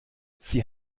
sie